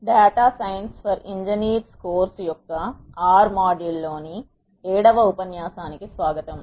data science for engineers course యొక్క R R module లోని 7 వ ఉపన్యాసానికి స్వాగతం